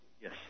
Yes